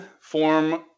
form